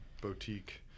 boutique